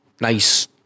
nice